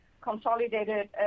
consolidated